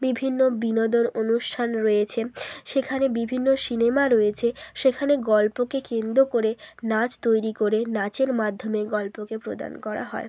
বিভিন্ন বিনোদন অনুষ্ঠান রয়েছে সেখানে বিভিন্ন সিনেমা রয়েছে সেখানে গল্পকে কেন্দ্র করে নাচ তৈরি করে নাচের মাধ্যমে গল্পকে প্রদান করা হয়